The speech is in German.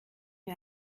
wir